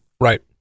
right